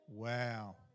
Wow